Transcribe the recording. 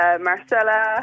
Marcella